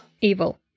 evil